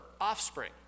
offspring